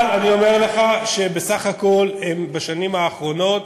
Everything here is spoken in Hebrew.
אבל אני אומר לך שבסך הכול בשנים האחרונות